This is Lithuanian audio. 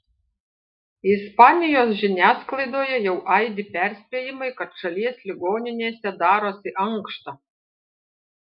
ispanijos žiniasklaidoje jau aidi perspėjimai kad šalies ligoninėse darosi ankšta